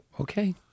Okay